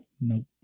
Nope